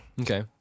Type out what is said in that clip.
Okay